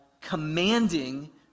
commanding